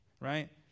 Right